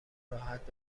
راحت